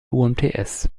umts